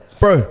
bro